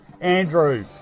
Andrew